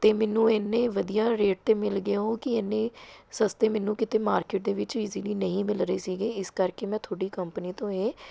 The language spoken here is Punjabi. ਅਤੇ ਮੈਨੂੰ ਇੰਨੇ ਵਧੀਆ ਰੇਟ 'ਤੇ ਮਿਲ ਗਏ ਉਹ ਕਿ ਇੰਨੇ ਸਸਤੇ ਮੈਨੂੰ ਕਿਤੇ ਮਾਰਕਿਟ ਦੇ ਵਿੱਚ ਈਜ਼ੀਲੀ ਨਹੀਂ ਮਿਲ ਰਹੇ ਸੀਗੇ ਇਸ ਕਰਕੇ ਮੈਂ ਤੁਹਾਡੀ ਕੰਪਨੀ ਤੋਂ ਇਹ